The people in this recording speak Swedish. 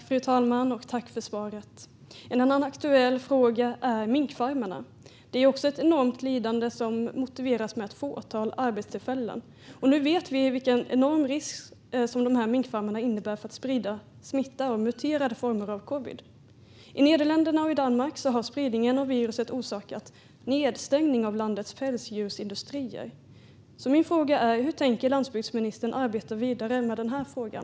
Fru talman! Jag tackar för svaret. En annan aktuell fråga är minkfarmarna. De innebär ett enormt lidande som motiveras med ett fåtal arbetstillfällen. Nu vet vi vilken enorm risk som de här minkfarmarna innebär för att sprida smitta och muterade former av covid. I Nederländerna och Danmark har spridningen av viruset orsakat nedstängning av landets pälsdjursindustrier. Hur tänker landsbygdsministern arbeta vidare med den här frågan?